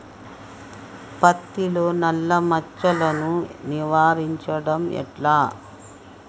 పత్తిలో నల్లా మచ్చలను నివారించడం ఎట్లా?